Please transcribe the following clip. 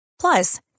Plus